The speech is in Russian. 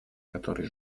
который